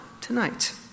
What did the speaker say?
tonight